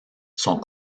sont